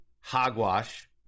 hogwash